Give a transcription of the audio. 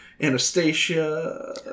Anastasia